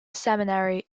seminary